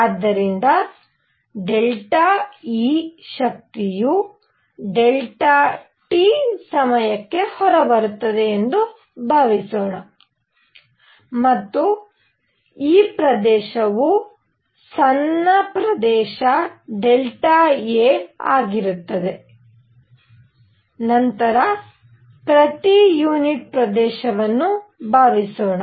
ಆದ್ದರಿಂದ Δe ಶಕ್ತಿಯು Δt ಸಮಯಕ್ಕೆ ಹೊರಬರುತ್ತದೆ ಎಂದು ಭಾವಿಸೋಣ ಮತ್ತು ಈ ಪ್ರದೇಶವು ಸಣ್ಣ ಪ್ರದೇಶ ΔA ಎಂದು ಭಾವಿಸೋಣ ನಂತರ ಪ್ರತಿ ಯುನಿಟ್ ಪ್ರದೇಶವನ್ನ ಭಾವಿಸೋಣ